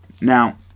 Now